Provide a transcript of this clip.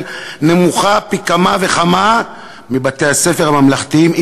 נמוכה פי כמה וכמה מבבתי-הספר הממלכתיים,